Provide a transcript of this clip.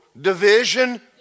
division